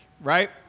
right